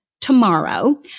tomorrow